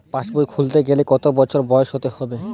পাশবই খুলতে গেলে কত বছর বয়স হতে হবে?